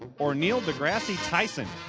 or neal degrassy tyson?